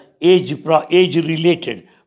age-related